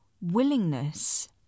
willingness